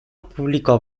publikoa